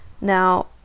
now